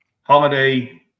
holiday